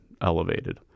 elevated